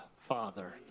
Father